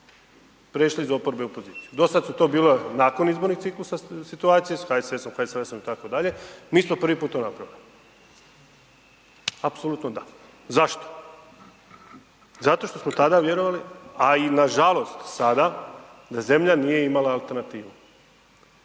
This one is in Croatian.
prešli iz oporbe u poziciju, do sad su to bile nakon izbornih ciklusa situacije sa HSS-om, HSLS-om itd., mi smo prvi put to napravili, apsolutno da. Zašto? Zato što smo tada vjerovali, a i nažalost sada da zemlja nije imala alternativu.